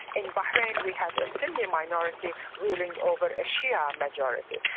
in bahrain we have a sunni minority ruling over a shia majority.